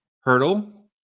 hurdle